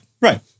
right